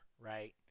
right